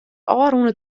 ôfrûne